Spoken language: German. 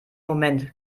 moment